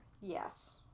Yes